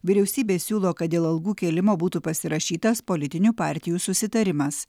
vyriausybė siūlo kad dėl algų kėlimo būtų pasirašytas politinių partijų susitarimas